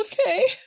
Okay